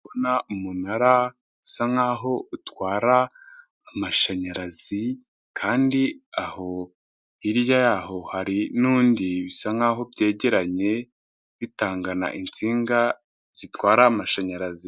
Ndabona umunara, usa nkaho utwara amashanyarazi kandi aho hirya yaho hari n'undi bisa nkaho byegeranye bitangana insinga, zitwara amashanyarazi.